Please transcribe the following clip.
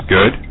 Good